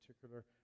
particular